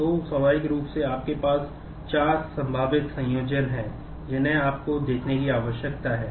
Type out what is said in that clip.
तो स्वाभाविक रूप से आपके पास चार संभावित संयोजन हैं जिन्हें आपको देखने की आवश्यकता है